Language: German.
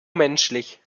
menschlich